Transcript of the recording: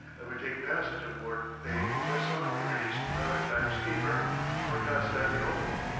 and we take passage aboard a messageries maritimes steamer for constantinople.